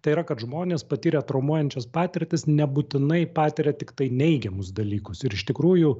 tai yra kad žmonės patyrę traumuojančias patirtis nebūtinai patiria tiktai neigiamus dalykus ir iš tikrųjų